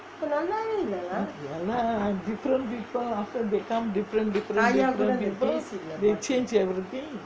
ya lah different people after they come different they change everything